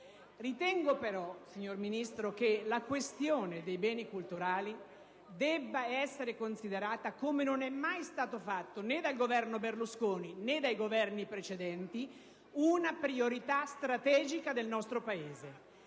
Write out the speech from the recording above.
Ritengo però, signor Ministro, che la questione dei beni culturali debba essere considerata come mai è stato fatto, né dal Governo Berlusconi né da quelli precedenti, una priorità strategica del nostro Paese.